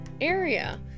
area